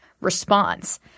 response